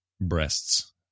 breasts